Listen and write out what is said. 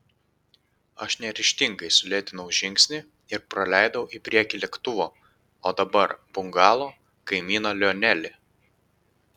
aš neryžtingai sulėtinau žingsnį ir praleidau į priekį lėktuvo o dabar bungalo kaimyną lionelį